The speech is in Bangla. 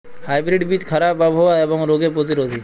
হাইব্রিড বীজ খারাপ আবহাওয়া এবং রোগে প্রতিরোধী